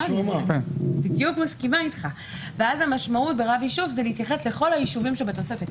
ואז המשמעות ברב יישוב זה להתייחס לכל היישובים שבתוספת.